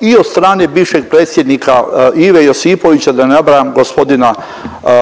i od strane bivšeg predsjednika Ive Josipovića, da ne nabrajam gospodina